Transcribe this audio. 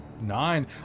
Nine